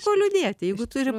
ko liūdėti jeigu turim